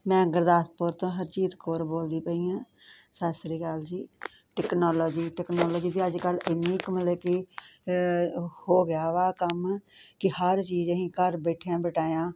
ਮੈਂ ਗੁਰਦਾਸਪੁਰ ਤੋਂ ਹਰਜੀਤ ਕੌਰ ਬੋਲਦੀ ਪਈ ਹਾਂ ਸਤਿ ਸ਼੍ਰੀ ਅਕਾਲ ਜੀ ਟੈਕਨੋਲੋਜੀ ਜੀ ਟੈਕਨੋਲੋਜੀ ਤਾਂ ਅੱਜ ਕੱਲ੍ਹ ਇੰਨੀ ਕੁ ਮਤਲਬ ਕਿ ਹੋ ਗਿਆ ਵਾ ਕੰਮ ਕਿ ਹਰ ਚੀਜ਼ ਅਸੀਂ ਘਰ ਬੈਠਿਆ ਬਿਠਾਇਆ